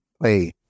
play